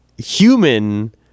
human